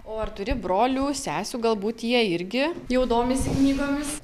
o ar turi brolių sesių galbūt jie irgi jau domisi knygomis